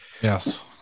yes